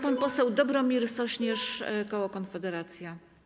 Pan poseł Dobromir Sośnierz, koło Konfederacja.